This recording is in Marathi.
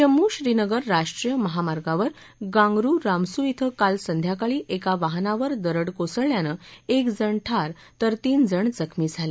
जम्मू श्रीनगर राष्ट्रीय महामार्गावर गांगरू रामसू श्वे काल संध्याकाळी एका वाहनावर दरड कोसळल्यानं एकजण ठार तर तीनजण जखमी झाले